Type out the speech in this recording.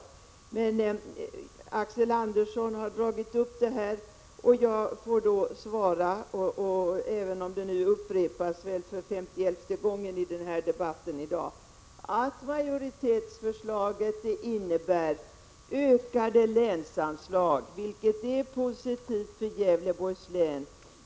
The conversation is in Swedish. Eftersom Axel Andersson drog upp frågan får jag väl, även om det nu upprepas för femtioelfte gången i denna debatt i dag, säga att majoritetsförslaget innebär ökade länsanslag, vilket är positivt för Gävleborgs län.